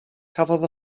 cafodd